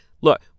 Look